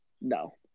no